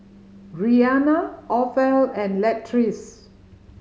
Rianna Othel and Latrice